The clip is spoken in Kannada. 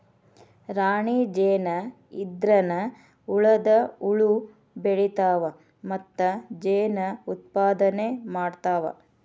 ರಾಣಿ ಜೇನ ಇದ್ರನ ಉಳದ ಹುಳು ಬೆಳಿತಾವ ಮತ್ತ ಜೇನ ಉತ್ಪಾದನೆ ಮಾಡ್ತಾವ